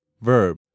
verb